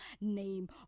name